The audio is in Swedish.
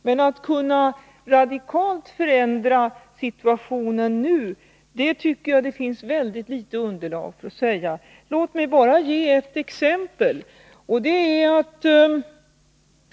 Men att radikalt förändra situationen nu tycker jag att det finns mycket litet underlag för. Låt mig ge ett exempel.